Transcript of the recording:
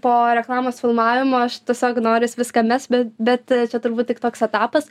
po reklamos filmavimo aš tiesiog noris viską mest bet turbūt tik toks etapas